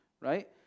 right